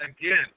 again